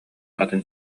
атын